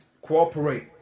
cooperate